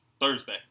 Thursday